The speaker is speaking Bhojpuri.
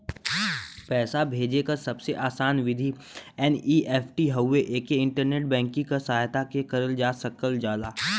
पैसा भेजे क सबसे आसान विधि एन.ई.एफ.टी हउवे एके इंटरनेट बैंकिंग क सहायता से करल जा सकल जाला